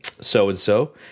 so-and-so